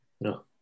no